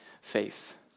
faith